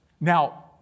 Now